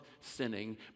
sinning